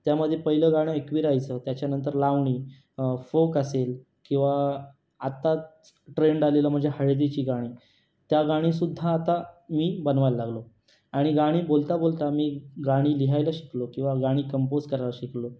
त्यामध्ये पहिलं गाणं एकविरा आईचं त्याच्यानंतर लावणी फोक असेल किंवा आत्ताचं ट्रेंड आलेला म्हणजे हळदीची गाणी त्या गाणीसुद्धा आता मी बनवायला लागलो आणि गाणी बोलता बोलता मी गाणी लिहायला शिकलो किंवा गाणी कंपोज करायला शिकलो